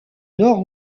nord